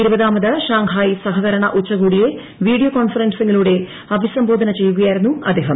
ഇരുപതാമത് Shanghai സഹകരണ ശുച്ചകോടിയെ video കോൺഫറൻസിങ്ങിലൂടെ അഭിസംബ്ലോക്ന് ചെയ്യുകയായിരുന്നു അദ്ദേഹം